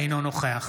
אינו נוכח